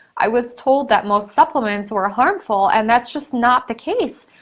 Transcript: i was told that most supplements were harmful, and that's just not the case.